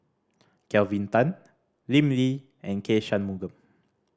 Kelvin Tan Lim Lee and K Shanmugam